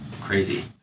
crazy